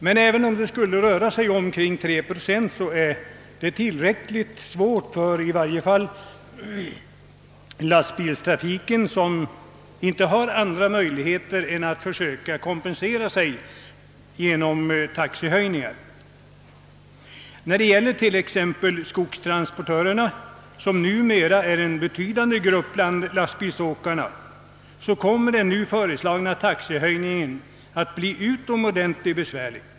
Men även om det skulle röra sig kring 3 procent uppstår en svår situation i varje fall för lastbilstrafiken, där man inte har andra möjligheter än att försöka kompensera sig genom taxehöjningar. För skogstransportörerna, som numera utgör en betydande grupp bland lastbilsåkarna, kommer den nu föreslagna höjningen att bli utomordentligt besvärlig.